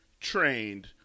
trained